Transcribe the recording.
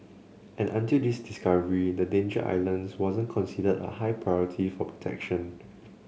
and until this discovery the Danger Islands wasn't considered a high priority for protection